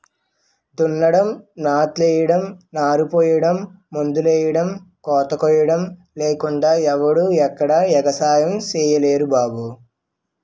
దున్నడం, నాట్లెయ్యడం, నారుపొయ్యడం, మందులెయ్యడం, కోతకొయ్యడం లేకుండా ఎవడూ ఎక్కడా ఎగసాయం సెయ్యలేరు బాబూ